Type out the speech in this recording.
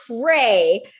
pray